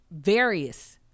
various